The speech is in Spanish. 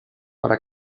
para